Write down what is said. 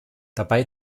dabei